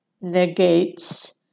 negates